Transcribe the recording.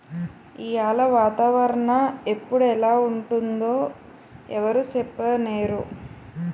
ఈయాల వాతావరణ ఎప్పుడు ఎలా ఉంటుందో ఎవరూ సెప్పనేరు